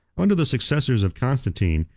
under the successors of constantine,